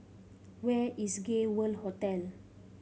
where is Gay World Hotel